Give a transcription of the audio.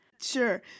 Sure